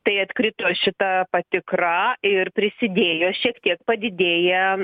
tai atkrito šita patikra ir prisidėjo šiek tiek padidėję